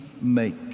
make